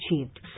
achieved